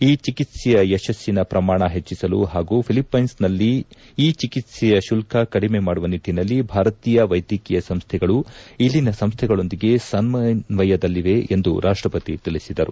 ಈ ಚಿಕಿತ್ಸೆಯ ಯಶಸ್ಲಿನ ಪ್ರಮಾಣ ಹೆಚ್ಚಿಸಲು ಹಾಗೂ ಫಿಲಿಷ್ಟೆನ್ಸ್ನಲ್ಲಿ ಈ ಚಿಕಿತ್ಸೆಯ ಶುಲ್ತ ಕಡಿಮೆ ಮಾಡುವ ನಿಟ್ಟನಲ್ಲಿ ಭಾರತೀಯ ವೈದ್ಯಕೀಯ ಸಂಸ್ಥೆಗಳು ಇಲ್ಲಿನ ಸಂಸ್ಥೆಗಳೊಂದಿಗೆ ಸಮನ್ವಯದಲ್ಲಿವೆ ಎಂದು ರಾಷ್ಟಪತಿ ತಿಳಿಸಿದರು